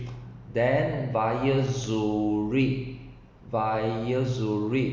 then via zurich via zurich